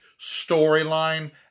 storyline